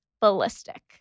ballistic